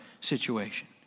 situation